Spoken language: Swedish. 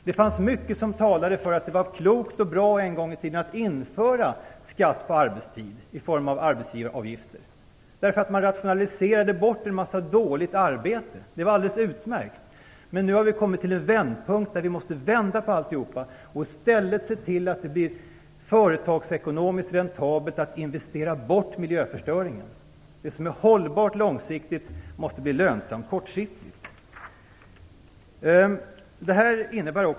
Det finns mycket som talar för att det var klokt och bra att en gång i tiden införa skatt på arbetstid i form av arbetsgivaravgifter. Det medförde att man rationaliserade bort en massa dåliga arbeten. Det var alldeles utmärkt. Men nu har vi kommit till en punkt där vi måste vända på alltihop och i stället se till att det blir företagsekonomiskt räntabelt att investera bort miljöförstöringar. Det som är hållbart långsiktigt måste bli lönsamt kortsiktigt.